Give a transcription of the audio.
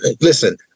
listen